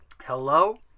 Hello